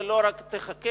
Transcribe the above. ולא רק תחכה.